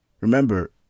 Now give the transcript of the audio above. remember